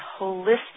holistic